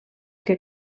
que